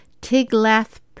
tiglath